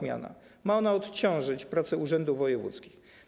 Ma to odciążyć pracę urzędów wojewódzkich.